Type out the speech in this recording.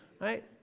right